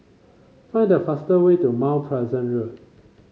find the fastest way to Mount Pleasant Road